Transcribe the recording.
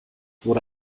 wurde